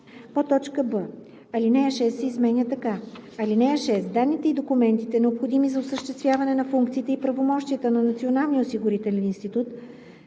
б) алинея 6 се изменя така: „(6) Данните и документите, необходими за осъществяване на функциите и правомощията на Националния осигурителен институт,